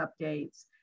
updates